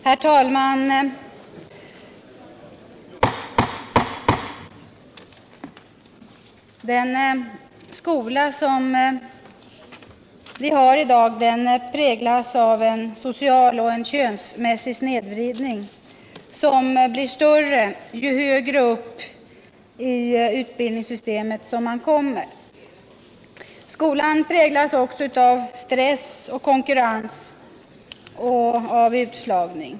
Herr talman! Den skola vi har i dag präglas av en social och könsmässig snedvridning, som blir större ju högre upp i utbildningssystemet man kommer. Skolan präglas också av stress, konkurrens och utslagning.